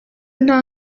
nta